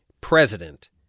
President